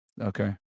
Okay